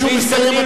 השר ישיב לו.